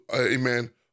amen